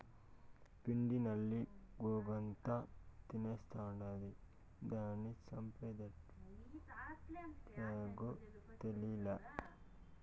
పిండి నల్లి గోగాకంతా తినేస్తాండాది, దానిని సంపేదెట్టాగో తేలీలా